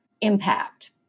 impact